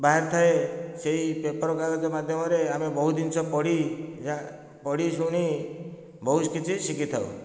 ବାହାରିଥାଏ ସେହି ପେପର କାଗଜ ମାଧ୍ୟମରେ ଆମେ ବହୁତ ଜିନିଷ ପଢ଼ି ପଢ଼ି ଶୁଣି ବହୁତ କିଛି ଶିଖି ଥାଉ